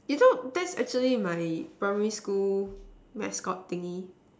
is all that's actually my primary school mascot thingy